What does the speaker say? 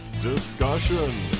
discussion